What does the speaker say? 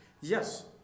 yes